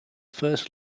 first